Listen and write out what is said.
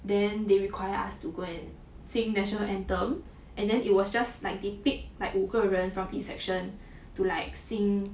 then they require us to go and sing national anthem and then it was just like they pick like 五个人 from each section to like sing